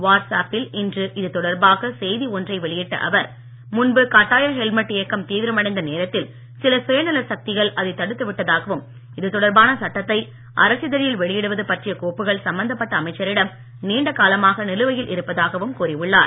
வாட்ஸ்ஆப்பில் இன்று இது தொடர்பாக செய்தி ஒன்றை வெளியிட்ட அவர் முன்பு கட்டாய ஹெல்மட் இயக்கம் தீவிரமடைந்த நேரத்தில் சில சுயநல சக்திகள் அதை தடுத்து விட்டதாகவும் தொடர்பான சட்டத்தை அரசிதழில் வெளியிடுவது பற்றிய இது கோப்புக்கள் சம்மந்தப்பட்ட அமைச்சரிடம் நீண்ட காலமாக நிலுவையில் இருப்பதாகவும் கூறியுள்ளார்